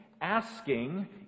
asking